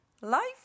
life